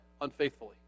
unfaithfully